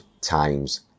times